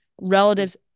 relatives